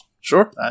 Sure